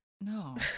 no